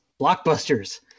blockbusters